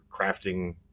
crafting